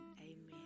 amen